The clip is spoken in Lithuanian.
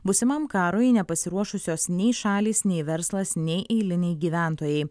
būsimam karui nepasiruošusios nei šalys nei verslas nei eiliniai gyventojai